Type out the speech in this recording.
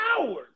hours